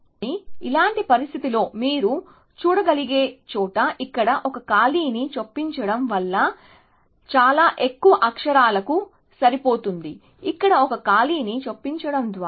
కానీ ఇలాంటి పరిస్థితిలో మీరు చూడగలిగే చోట ఇక్కడ ఒక ఖాళీని చొప్పించడం వల్ల చాలా ఎక్కువ అక్షరాలకు సరిపోతుంది ఇక్కడ ఒక ఖాళీని చొప్పించడం ద్వారా